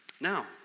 Now